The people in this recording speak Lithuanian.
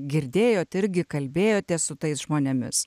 girdėjot irgi kalbėjotės su tais žmonėmis